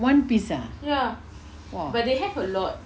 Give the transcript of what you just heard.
one piece ah !wah!